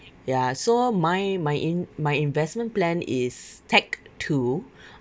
ya so my my in~ my investment plan is tagged to